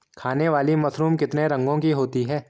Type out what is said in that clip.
खाने वाली मशरूम कितने रंगों की होती है?